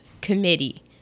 committee